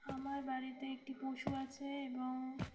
আমার বাড়িতে একটি পশু আছে এবং